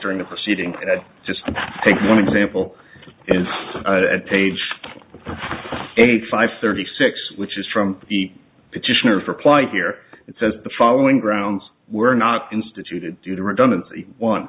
during the proceeding and i'd just take one example and at page eighty five thirty six which is from the petitioner for apply here it says the following grounds were not instituted due to redundancy one